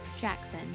Jackson